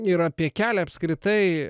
ir apie kelią apskritai